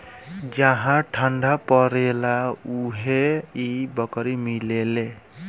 जहा ठंडा परेला उहे इ बकरी मिलेले